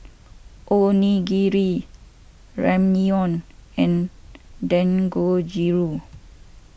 Onigiri Ramyeon and Dangojiru